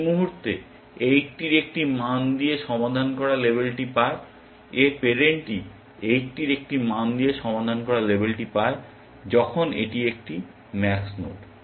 এই মুহুর্তে 80 এর একটি মান দিয়ে সমাধান করা লেবেলটি পায় এর প্যারেন্টটি 80 এর একটি মান দিয়ে সমাধান করা লেবেলটি পায় এবং যখন এটি একটি ম্যাক্স নোড